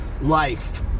life